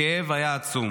הכאב היה עצום.